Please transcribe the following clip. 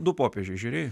du popiežiai žiūrėjai